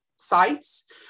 sites